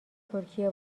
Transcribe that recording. ترکیه